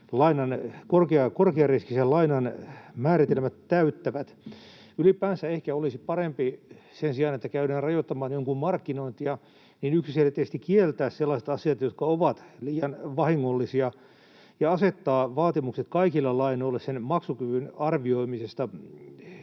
korkeariskisen lainan, määritelmät täyttävät? Ylipäänsä ehkä olisi parempi sen sijaan, että käydään rajoittamaan jonkun markkinointia, yksiselitteisesti kieltää sellaiset asiat, jotka ovat liian vahingollisia, ja asettaa vaatimukset kaikille lainoille asiakkaan maksukyvyn arvioimisesta.